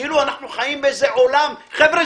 כאילו אנחנו חיים באיזה עולם חבר'ה,